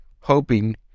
hoping